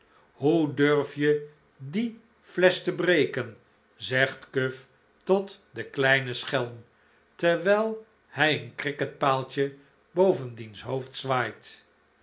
hoe durf je die flesch te breken zegt cuff tot den kleinen schelm terwijl hij een cricketpaaltje boven diens hoofd zwaait